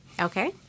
Okay